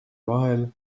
vahel